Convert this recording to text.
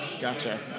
gotcha